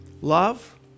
Love